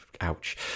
ouch